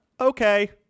Okay